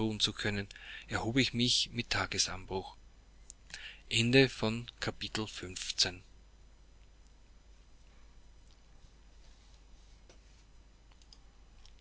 zu können erhob ich mich mit tagesanbruch